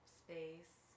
space